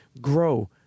grow